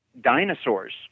dinosaurs